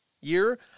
year